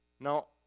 Now